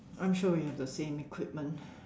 I'm sure we have the same equipment